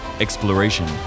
exploration